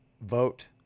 vote